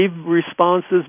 responses